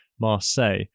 Marseille